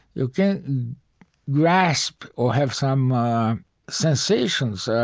you can't grasp or have some sensations.